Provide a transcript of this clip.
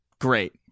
great